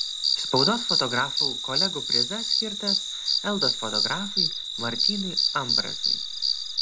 spaudos fotografų kolegų prizas skirtas eltos fotografui martynui ambrazui